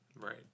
Right